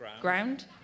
Ground